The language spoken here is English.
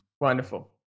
Wonderful